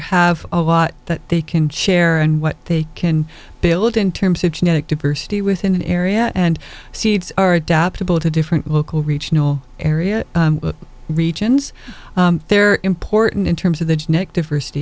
have a lot that they can share and what they can build in terms of genetic diversity within an area and seeds are adaptable to different local regional area regions they're important in terms of the genetic diversity